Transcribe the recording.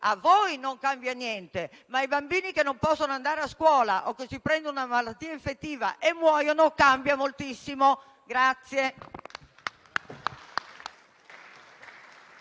a voi non cambiano niente, ma ai bambini che non possono andare a scuola o che contraggono una malattia infettiva e muoiono cambia moltissimo.